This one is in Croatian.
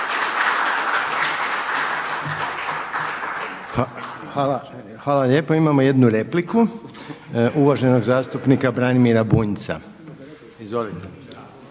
(HDZ)** Hvala lijepa. Imamo jednu repliku uvaženog zastupnika Branimira Bunjca. Izvolite.